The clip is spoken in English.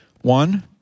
One